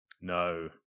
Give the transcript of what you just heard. No